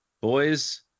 Boys